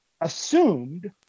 assumed